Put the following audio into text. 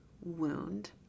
wound